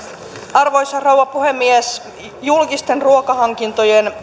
arvoisa rouva puhemies julkisten ruokahankintojen